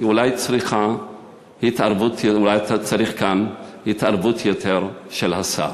צריך התערבות, יותר, של השר.